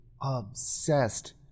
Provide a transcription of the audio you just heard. obsessed